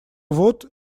вот